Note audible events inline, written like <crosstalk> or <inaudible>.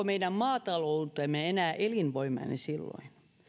<unintelligible> meidän maataloutemme enää elinvoimainen silloin